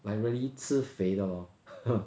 like really 吃肥的 lor